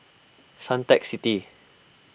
Suntec City